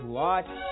watch